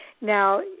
Now